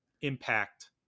impact